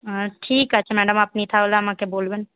ঠিক আছে ম্যাডাম আপনি তাহলে আমাকে বলবেন